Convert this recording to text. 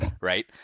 right